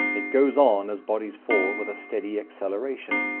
it goes on, as bodies fall, with a steady acceleration.